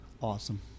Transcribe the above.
Awesome